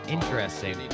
Interesting